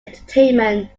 entertainment